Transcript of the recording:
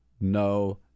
no